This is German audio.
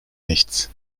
nichts